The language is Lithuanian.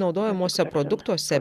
naudojamuose produktuose